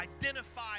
identify